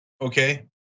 Okay